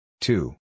Two